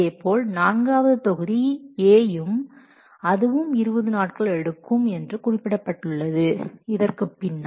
இதேபோல் நான்காவது தொகுதி A அதுவும் இருபது நாட்கள் எடுக்கும் என்று குறிப்பிடப்பட்டுள்ளது இதற்கு பின்னால்